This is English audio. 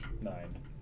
Nine